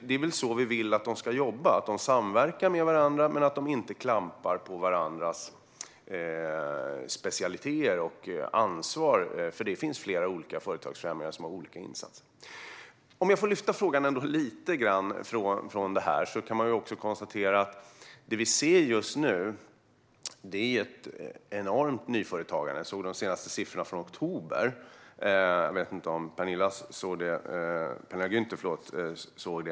Det är väl så vi vill att de ska jobba - de samverkar med varandra och klampar inte in på varandras specialiteter och ansvarsområden, för det finns flera olika företagsfrämjare med olika insatser. Om jag får lyfta frågan lite grann kan jag konstatera att det vi ser just nu är ett enormt nyföretagande. Jag såg de senaste siffrorna från oktober. Jag vet inte om Penilla Gunther sett dem.